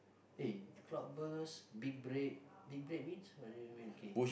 eh cloudburst big break big break means what do you mean okay